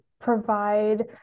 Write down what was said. provide